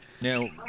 Now